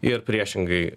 ir priešingai